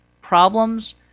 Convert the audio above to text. problems